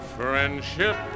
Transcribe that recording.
friendship